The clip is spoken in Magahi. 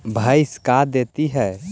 भैंस का देती है?